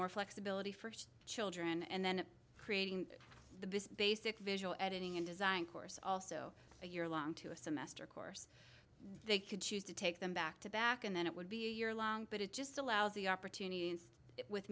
more flexibility first children and then creating the basic visual editing and design course also a year long two a semester course they could choose to take them back to back and then it would be a year long but it just allows the opportunity with